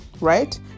right